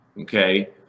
okay